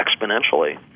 exponentially